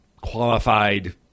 qualified